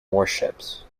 warships